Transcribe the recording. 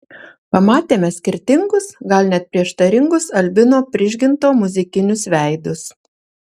pamatėme skirtingus gal net prieštaringus albino prižginto muzikinius veidus